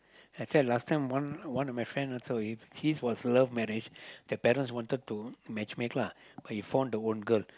last time one one of my friend his was love marriage the parents wanted to match make lah but he found the own girl